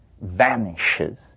vanishes